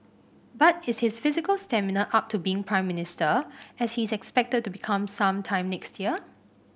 but is his physical stamina up to being Prime Minister as he is expected to become some time next year